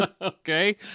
Okay